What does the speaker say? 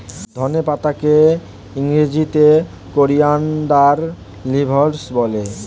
ধনে পাতাকে ইংরেজিতে কোরিয়ানদার লিভস বলে